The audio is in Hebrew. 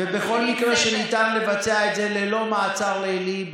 ובכל מקרה שניתן לבצע את זה ללא מעצר לילי,